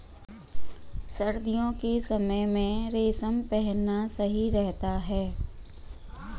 सर्दियों के समय में रेशम पहनना सही रहता है